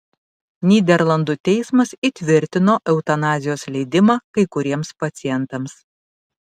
nyderlandų teismas įtvirtino eutanazijos leidimą kai kuriems pacientams